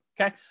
okay